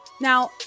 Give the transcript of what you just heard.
Now